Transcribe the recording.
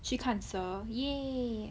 去看蛇 !yay!